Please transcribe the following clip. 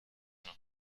noch